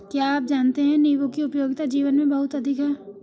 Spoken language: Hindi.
क्या आप जानते है नीबू की उपयोगिता जीवन में बहुत अधिक है